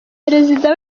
perezida